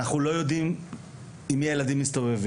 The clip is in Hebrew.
ואנחנו לא יודעים עם מי הילדים מסתובבים.